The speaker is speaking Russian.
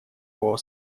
его